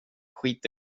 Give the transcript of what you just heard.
skit